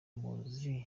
muzi